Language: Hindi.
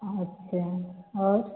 अच्छा और